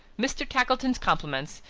mr. tackleton's compliments,